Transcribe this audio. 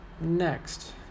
next